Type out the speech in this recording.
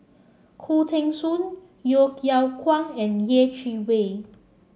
Khoo Teng Soon Yeo Yeow Kwang and Yeh Chi Wei